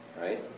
right